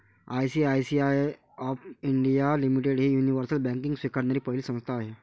ICICI of India limited ही universal banking स्वीकारणारी पहिली संस्था आहे